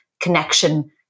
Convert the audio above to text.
connection